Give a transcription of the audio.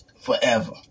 forever